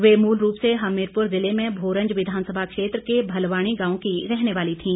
वे मूल रूप से हमीरपुर ज़िले में भोरंज विधानसभा क्षेत्र के भलवाणी गांव की रहने वाली थीं